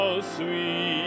Sweet